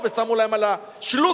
ושמו להם על השלוקר,